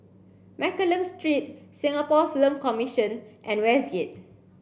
Mccallum Street Singapore Film Commission and Westgate